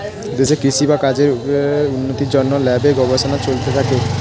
দেশে কৃষি কাজের উন্নতির জন্যে ল্যাবে গবেষণা চলতে থাকে